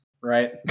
right